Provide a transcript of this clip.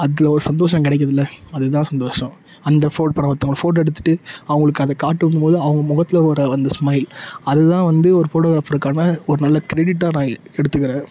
அதில் ஒரு சந்தோஷம் கிடைக்கிதுல அது தான் சந்தோஷம் அந்த ஃபோ இப்போ நம்ப ஒருத்தவங்களை ஃபோட்டோ எடுத்துவிட்டு அவங்களுக்கு அதை காட்டும்போது அவங்க மொகத்தில் ஒரு வந்த ஸ்மைல் அது தான் வந்து ஒரு ஃபோட்டோகிராஃபருக்கான ஒரு நல்ல கிரெடிட்டாக நான் எ எடுத்துக்கிறேன்